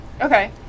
Okay